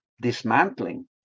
Dismantling